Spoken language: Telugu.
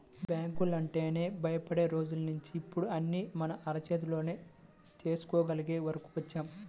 బ్యాంకులంటేనే భయపడే రోజుల్నించి ఇప్పుడు అన్నీ మన అరచేతిలోనే చేసుకోగలిగే వరకు వచ్చాం